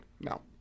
no